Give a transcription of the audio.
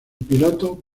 piloto